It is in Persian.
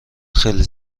خیلی